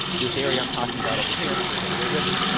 this area i'm talking about over here, there's a little river,